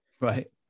Right